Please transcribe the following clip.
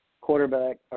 quarterback